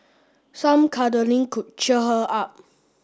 some cuddling could cheer her up